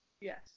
Yes